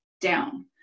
down